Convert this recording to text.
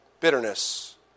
bitterness